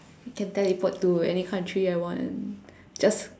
can teleport to any country I want just